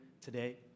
today